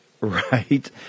right